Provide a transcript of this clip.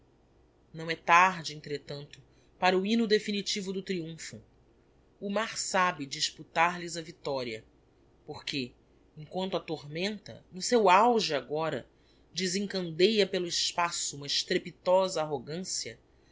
não é tarde entretanto para o hymno definitivo do triumpho o mar sabe disputar lhes a victoria porque emquanto a tormenta no seu auge agora desencandeia pelo espaço uma estrepitosa arrogancia